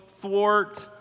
thwart